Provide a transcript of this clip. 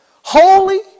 Holy